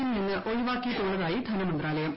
യിൽ നിന്ന് ഒഴിവാക്കിയിട്ടുള്ളതായി ധനമന്ത്രാലയം